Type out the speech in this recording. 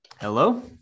Hello